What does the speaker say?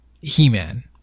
He-Man